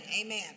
Amen